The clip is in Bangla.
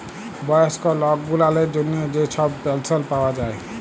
বয়স্ক লক গুলালের জ্যনহে যে ছব পেলশল পাউয়া যায়